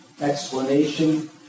explanation